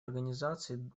организаций